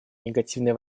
негативное